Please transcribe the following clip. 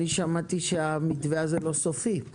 שמעתי שהמתווה הזה לא סופי,